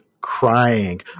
crying